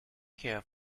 care